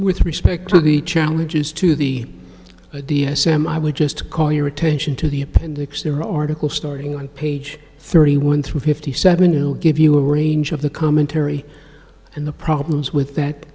with respect to the challenges to the d s m i would just call your attention to the appendix the article starting on page thirty one through fifty seven to give you a range of the commentary and the problems with that